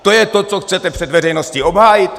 To je to, co chcete před veřejností obhájit?